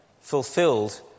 fulfilled